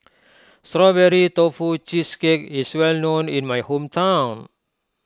Strawberry Tofu Cheesecake is well known in my hometown